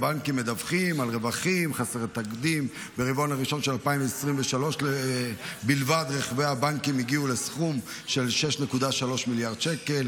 נכון לרבעון הראשון של שנת 2023 סכום מדהים של כ-535 מיליארדי שקלים